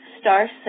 star